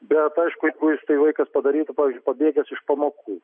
bet aišku jeigu jis tai vaikas padarytų pavyzdžiui pabėgęs iš pamokų